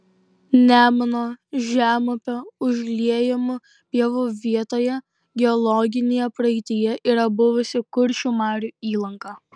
nemuno žemupio užliejamų pievų vietoje geologinėje praeityje yra buvusi kuršių marių įlanka